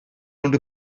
rownd